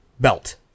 belt